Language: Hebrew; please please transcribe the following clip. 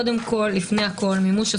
קודם כול ולפני הכול,